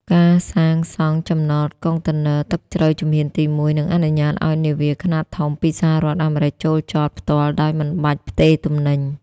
ការសាងសង់ចំណតកុងតឺន័រទឹកជ្រៅជំហានទី១ នឹងអនុញ្ញាតឱ្យនាវាខ្នាតធំពីសហរដ្ឋអាមេរិកចូលចតផ្ទាល់ដោយមិនបាច់ផ្ទេរទំនិញ។